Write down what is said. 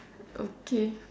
okay